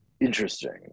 interesting